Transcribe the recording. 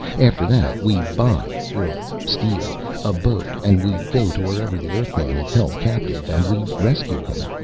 after that, we buy or steal a boat and we go to wherever the earthman is held captive. and we rescue him.